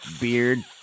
beard